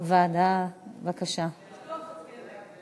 את הנושא לוועדה שתקבע ועדת הכנסת נתקבלה.